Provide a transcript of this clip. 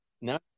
No